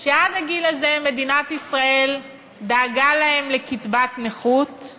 שעד הגיל הזה מדינת ישראל דאגה להם לקצבת נכות,